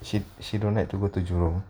she she don't like to go to jurong